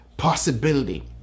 Possibility